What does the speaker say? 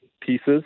pieces